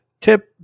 tip